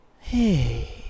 hey